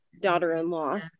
daughter-in-law